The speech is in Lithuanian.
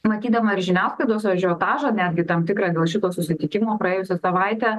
matydama ir žiniasklaidos ažiotažą netgi tam tikrą dėl šito susitikimo praėjusią savaitę